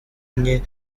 enye